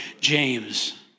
James